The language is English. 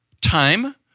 time